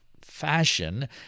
fashion